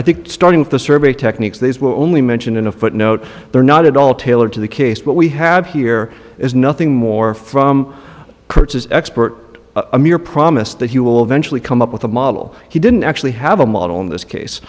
i think starting with the survey techniques they were only mentioned in a footnote they're not at all tailored to the case but we have here is nothing more from kurtz expert a mere promise that he will eventually come up with a model he didn't actually have a model in this case